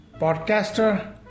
podcaster